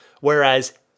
whereas